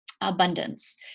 abundance